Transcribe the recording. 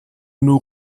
nous